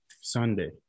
Sunday